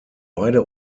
beide